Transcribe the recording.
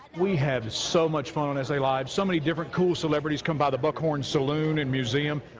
we have so much fun on s a. live, so many different cool celebrities come by the buckhorn saloon and museum.